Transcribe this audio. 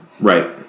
Right